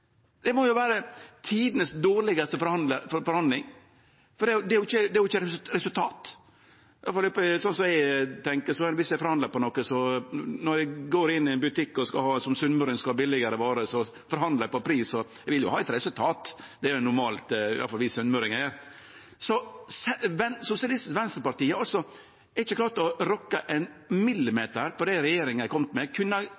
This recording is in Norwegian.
Det må vere den dårlegaste forhandlinga nokon gong. Det er jo ikkje eit resultat. Slik eg tenkjer når eg som sunnmøring går inn i ein butikk og skal ha billigare varer, forhandlar eg om pris. Eg vil jo ha eit resultat. Det er normalt, iallfall slik vi sunnmøringar er. Sosialistisk Venstreparti har ikkje klart å rokke ein millimeter på det regjeringa har kome med. Dei kunne